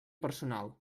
personal